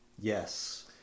Yes